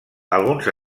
alguns